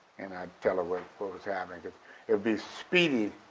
and i'd tell her what was happening, cause it'd be speedy,